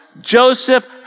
Joseph